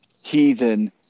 heathen